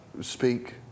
speak